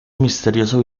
misterioso